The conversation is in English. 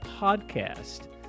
podcast